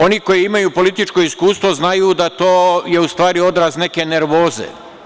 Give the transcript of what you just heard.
Oni koji imaju političko iskustvo znaju da je to u stvari odraz neke nervoze.